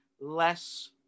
less